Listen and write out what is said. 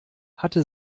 hatte